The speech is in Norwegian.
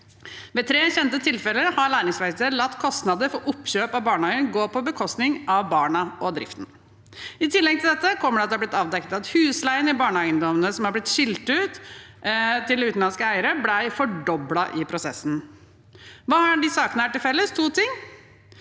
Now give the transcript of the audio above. Ved tre kjente tilfeller har Læringsverkstedet latt kostnader for oppkjøp av barnehagen gå på bekostning av barna og driften. I tillegg til dette kommer at det er blitt avdekket at husleien i barnehageeiendommene som er blitt skilt ut til utenlandske eiere, ble fordoblet i prosessen. Hva er det disse sakene har til felles? Det